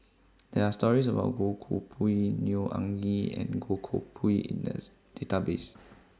There Are stories about Goh Koh Pui Neo Anngee and Goh Koh Pui in The Database